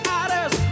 others